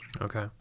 okay